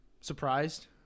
surprised